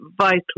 vital